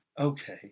okay